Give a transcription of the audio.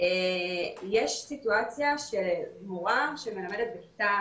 יש סיטואציה של מורה שמלמדת בכיתה